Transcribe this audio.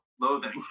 loathing